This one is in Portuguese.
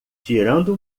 tirando